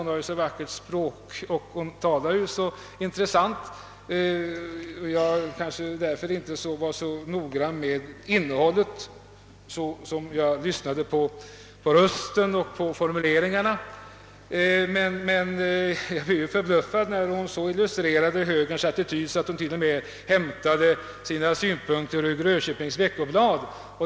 Hon har så vackert språk och talar så intressant, och jag kanske lyssnade mer på rösten och formuleringarna än på innehållet. Men jag blev förbluffad när hon illustrerade högerns attityd med synpunkter från Grönköpings Veckoblad.